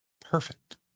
Perfect